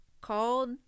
called